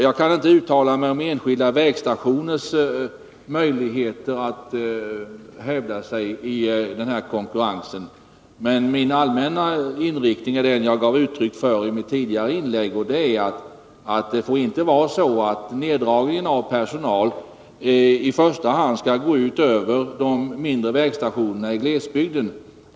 Jag kaninte uttala mig om enskilda vägstationers möjligheter att hävda sig. Men min allmänna inriktning är den som jag gav uttryck för i mitt tidigare inlägg. Neddragningen av personal får inte i första hand gå ut över de mindre vägstationerna i glesbygden.